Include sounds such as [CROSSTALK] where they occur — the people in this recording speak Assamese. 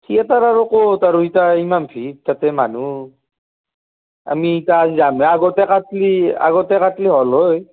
থিয়েটাৰ আৰু ক'ত আৰু এতিয়া ইমান ভিৰ তাতে মানুহ আমি এতিয়া [UNINTELLIGIBLE] আগতে কাটিলে আগতে কাটিলে হ'ল হয়